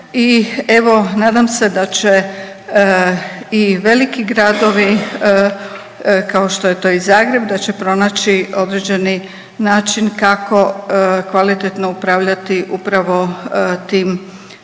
i evo nadam se da će i veliki gradovi kao što će to i Zagreb da će pronaći određeni način kako kvalitetno upravljati upravo tim, tim